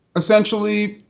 essentially,